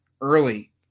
early